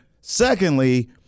secondly